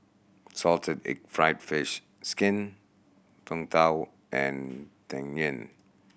salted egg fried fish skin Png Tao and Tang Yuen